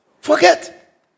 Forget